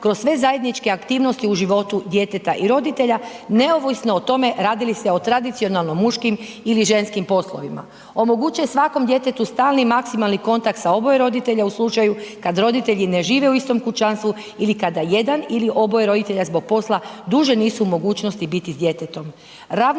kroz sve zajedničke aktivnosti u životu djeteta i roditelja neovisno o tome radi li se o tradicionalno muškim ili ženskim poslovima. Omogućuje svakom djetetu stalni maksimalni kontakt sa oboje roditelja u slučaju kada roditelji ne žive u istom kućanstvu ili kada jedan ili oboje roditelja zbog posla duže nisu u mogućnosti biti sa djetetom.